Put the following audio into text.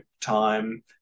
time